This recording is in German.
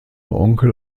onkel